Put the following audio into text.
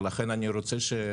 ולכן אני אשמח